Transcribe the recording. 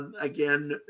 again